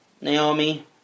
Naomi